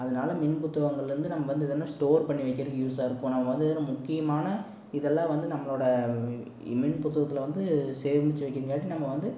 அதனால் மின் புத்தகங்களில்லருந்து நம்ம வந்து இதுமாதிரி ஸ்டோர் பண்ணி வைக்கிறது யூஸ்சாகருக்கும் நம்ம வந்து முக்கியமான இதல்லாம் வந்து நம்மளோடய மின் புத்தகத்தில் வந்து சேமித்து வக்கிறங்காட்டி நம்ம வந்து